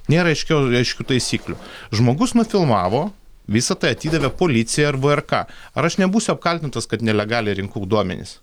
nėra aiškiau aiškių taisyklių žmogus nufilmavo visa tai atidavė policijai ar vrk ar aš nebūsiu apkaltintas kad nelegaliai rinkau duomenis